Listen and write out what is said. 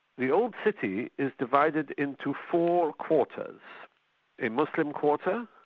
the old city is divided into four quarters a muslim quarter,